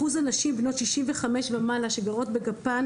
אחוז הנשים בנות 65 ומעלה שגרות בגפן,